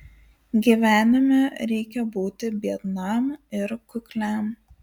gyvenime reikia būti biednam ir kukliam